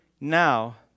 now